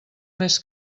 més